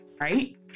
Right